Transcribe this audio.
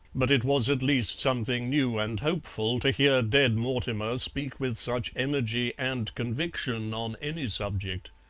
but it was at least something new and hopeful to hear dead mortimer speak with such energy and conviction on any subject.